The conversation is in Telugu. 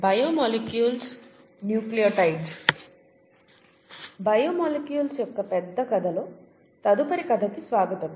బయోమోలిక్యూల్స్ యొక్క పెద్ద కథలో తదుపరి కథకి స్వాగతం